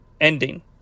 ending